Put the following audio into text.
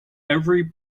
every